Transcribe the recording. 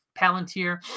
Palantir